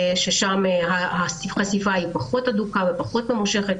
שם החשיפה פחות הדוקה ופחות ממושכת,